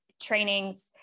trainings